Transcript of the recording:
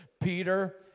Peter